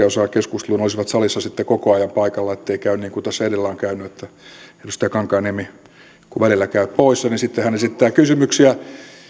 osaa keskusteluun olisivat salissa sitten koko ajan paikalla ettei käy niin kuin tässä edellä on käynyt että edustaja kankaanniemi kun välillä käy poissa niin sitten hän esittää kysymyksiä